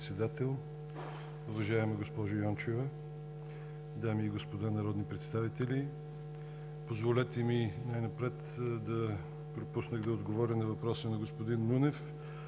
дами и господа народни представители! Позволете ми най-напред, тъй като пропуснах, да отговаря на въпроса на господин Нунев